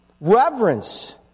reverence